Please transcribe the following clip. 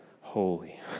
holy